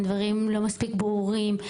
הדברים לא מספיק ברורים,